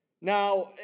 Now